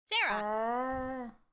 Sarah